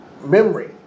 memory